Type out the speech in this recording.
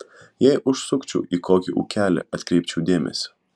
jei užsukčiau į kokį ūkelį atkreipčiau dėmesį